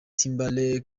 timberlake